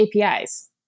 APIs